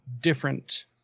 different